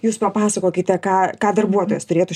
jūs papasakokite ką ką darbuotojas turėtų